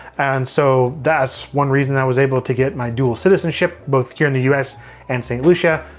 and so, that's one reason i was able to get my dual citizenship, both here in the us and st. lucia.